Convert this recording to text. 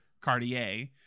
cartier